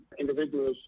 individuals